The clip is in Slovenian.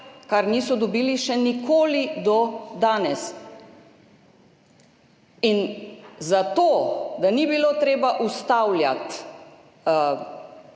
kar niso dobili še nikoli do danes. In za to, da ni bilo treba ustavljati